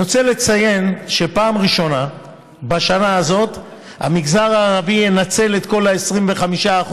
אני רוצה לציין שבפעם הראשונה בשנה הזאת המגזר הערבי ינצל את כל ה-25%,